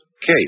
case